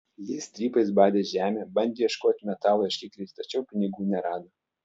jie strypais badė žemę bandė ieškoti metalo ieškikliais tačiau pinigų nerado